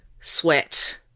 sweat